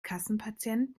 kassenpatient